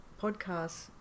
podcasts